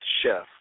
chef